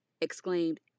exclaimed